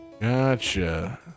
Gotcha